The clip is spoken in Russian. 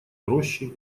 рощи